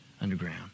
underground